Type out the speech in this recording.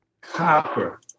copper